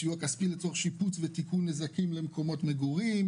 סיוע כספי לצורך שיפוץ ותיקון נזקים במקומות המגורים,